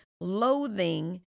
loathing